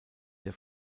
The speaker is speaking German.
der